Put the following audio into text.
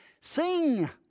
sing